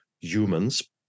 humans